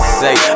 say